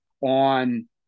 on